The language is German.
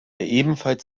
ebenfalls